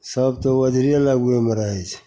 सभ तऽ ओझरिए लगबैमे रहै छै